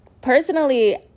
personally